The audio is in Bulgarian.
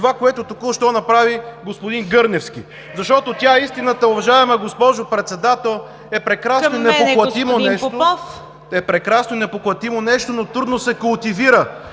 това, което току-що направи господин Гърневски! Защото тя – истината, уважаема госпожо Председател, е прекрасно и непоклатимо нещо, но трудно се култивира.